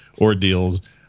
ordeals